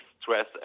stress